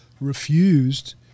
refused